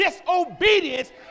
disobedience